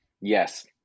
Yes